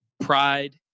pride